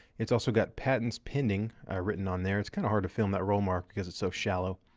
it's also got patents pending written on there. it's kind of hard to film that roll mark because it's so shallow,